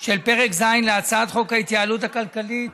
של פרק ז' להצעת חוק ההתייעלות הכלכלית,